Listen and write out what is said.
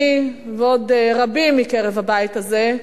אני ועוד רבים מקרב הבית הזה,